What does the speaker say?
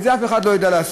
את זה אף אחד לא יודע לעשות.